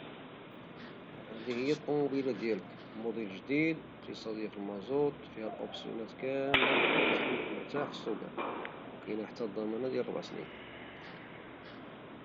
هدي هي لطوموبيلة ديالك، الموديل الجديد وافتصادية في المازوط وفيها الأوبسيونات كاملين لي عتخليك مرتاح في السوقان، وكاين حتى الضمانة ديال ربع سنين